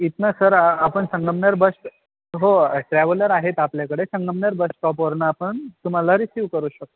इथून सर आपण संगमनेर बस हो ट्रॅव्हलर आहेत आपल्याकडे संगमनेर बस स्टॉपवरून आपण तुम्हाला रिसिव करू शकतो